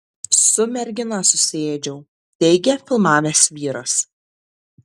su mergina susiėdžiau teigia filmavęs vyras